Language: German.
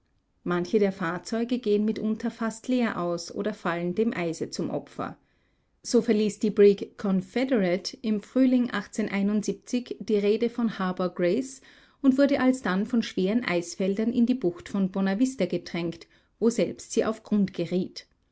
manche der fahrzeuge gehen mitunter fast leer aus oder fallen dem eise zum opfer so verließ die brigg confederate im frühling die reede von harbor grace und wurde alsdann von schweren eisfeldern in die bucht von bonavista gedrängt woselbst sie auf grund geriet